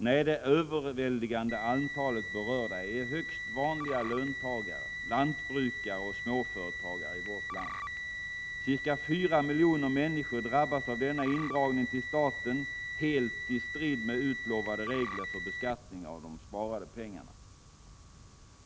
Nej, det överväldigande antalet berörda är högst vanliga löntagare, lantbrukare och småföretagare i vårt land. Ca 4 miljoner människor drabbas av denna indragning till staten, helt i strid med utlovade regler för beskattning av de sparade pengarna.